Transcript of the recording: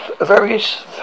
various